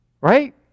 Right